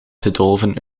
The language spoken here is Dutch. gedolven